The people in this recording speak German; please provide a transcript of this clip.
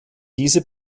diese